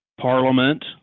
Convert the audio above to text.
Parliament